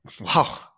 Wow